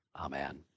Amen